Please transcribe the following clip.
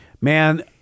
Man